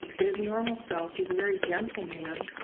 but his normal self is a very gentle man,